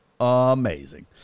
Amazing